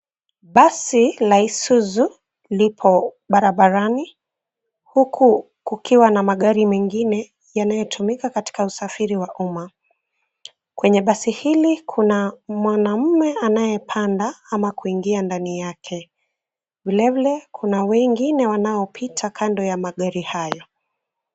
Basi la Isuzu lipo barabarani huku kukiwa na magari mengine yanayotumika katika usafiri wa umma. Kwenye basi hili kuna mwanamume anayepanda ama kuingia ndani yake. Vilevile kuna wengine wanaopita kando ya magari hayo.